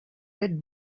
led